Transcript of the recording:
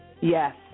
Yes